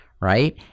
right